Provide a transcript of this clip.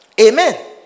Amen